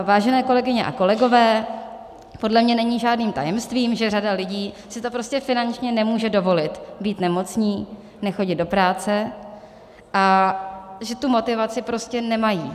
Vážené kolegyně a kolegové, podle mě není žádným tajemstvím, že řada lidí si to prostě finančně nemůže dovolit, být nemocný, nechodit do práce, a že tu motivaci prostě nemají.